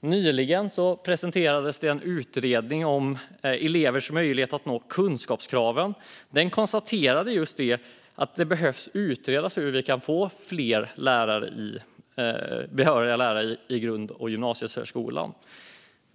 Nyligen presenterades en utredning om elevers möjligheter att nå kunskapskraven. Den konstaterade att det behöver utredas hur vi kan få fler behöriga lärare i grund och gymnasiesärskolan.